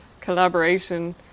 collaboration